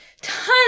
tons